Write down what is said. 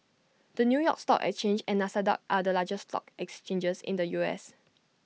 the new york stock exchange and Nasdaq are the largest stock exchanges in the U S